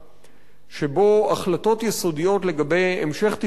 שבו החלטות יסודיות לגבי המשך תפקודו של